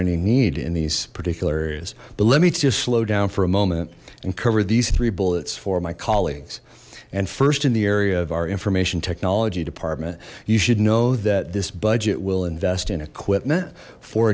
ending need in these particular areas but let me just slow down for a moment and cover these three bullets for my colleagues and first in the area of our information technology department you should know that this budget will invest in equipment for